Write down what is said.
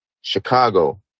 Chicago